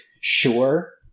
Sure